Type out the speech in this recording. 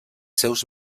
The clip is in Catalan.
seus